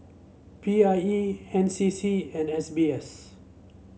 P I E N C C and S B S